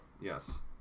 Yes